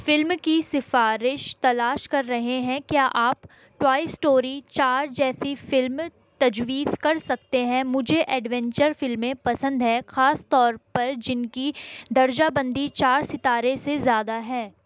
film کی سفارش تلاش کر رہے ہیں کیا آپ ٹوائی اسٹوری چار جیسی فلم تجویز کر سکتے ہیں مجھے ایڈونچر فلمیں پسند ہیں خاص طور پر جن کی درجہ بندی چار ستارے سے زیادہ ہے